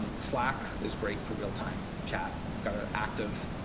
um slack is great for real-time chat. we've got an active